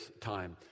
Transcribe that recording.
time